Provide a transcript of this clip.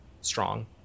strong